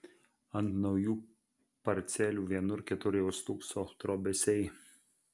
ant naujų parcelių vienur kitur jau stūkso trobesiai